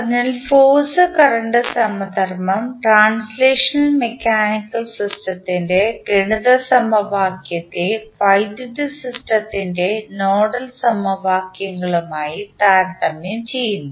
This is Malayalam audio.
അതിനാൽ ഫോഴ്സ് കറണ്ട് സമധർമ്മം ട്രാൻസ്ലേഷണൽ മെക്കാനിക്കൽ സിസ്റ്റത്തിൻറെ ഗണിത സമവാക്യത്തെ വൈദ്യുത സിസ്റ്റത്തിൻറെ നോഡൽ സമവാക്യങ്ങളുമായി താരതമ്യം ചെയ്യുന്നു